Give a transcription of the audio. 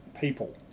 people